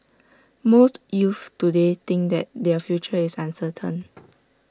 most youths today think that their future is uncertain